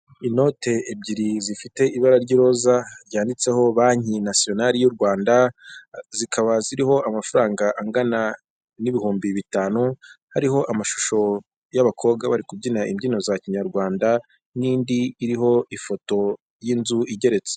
Inote ebyiri zifite ibara ry'iroza ryanditseho banki nasiyonari y'u Rwanda, zikaba ziriho amafaranga angana n'ibihumbi bitanu, hariho amashusho y'abakobwa bari kubyinyina imbyino za kinyarwanda n'indi iriho ifoto y'inzu igeretse.